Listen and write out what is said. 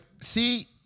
see